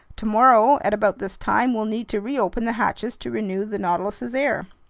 tomorrow at about this time, we'll need to reopen the hatches to renew the nautilus's air.